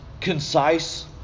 concise